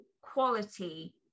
quality